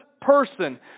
person